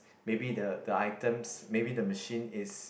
maybe the the items the machine is